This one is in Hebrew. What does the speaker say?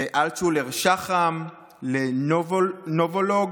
לאלטשולר שחם, לנובולוג,